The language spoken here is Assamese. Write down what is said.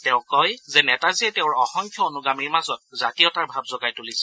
তেওঁ কয় যে নেতাজীয়ে তেওঁৰ অসংখ্য অনূগামীৰ মাজত জাতীয়তাৰ ভাব জগাই তুলিছিল